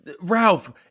Ralph